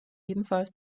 ebenfalls